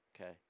Okay